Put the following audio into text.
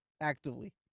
actively